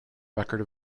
record